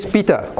Peter